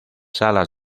salas